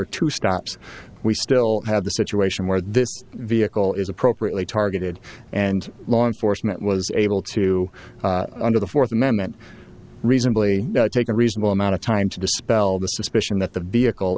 or two stops we still have the situation where this vehicle is appropriately targeted and law enforcement was able to under the fourth amendment reasonably take a reasonable amount of time to dispel the suspicion that the vehicle